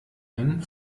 ein